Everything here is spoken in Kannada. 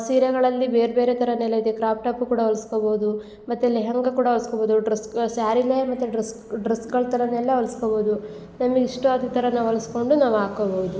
ಸೀರೆಗಳಲ್ಲಿ ಬೇರೆ ಬೇರೆ ಥರನೆಲ್ಲ ಇದೆ ಕ್ರಾಪ್ ಟಾಪು ಕೂಡ ಹೊಲಿಸ್ಕೊಬೋದು ಮತ್ತು ಲೆಹಂಗ ಕೂಡ ಹೊಲಿಸ್ಕೊಬೋದು ಡ್ರೆಸ್ ಸ್ಯಾರಿಲೇ ಮತ್ತು ಡ್ರಸ್ ಡ್ರಸ್ಗಳ ಥರನೆಲ್ಲ ಹೊಲಿಸ್ಕೊಬೋದು ನಮ್ಗೆ ಇಷ್ಟ ಆದ ಥರ ನಾವು ಹೊಲ್ಸ್ಕೊಂಡು ನಾವು ಆಕೊಬೋದು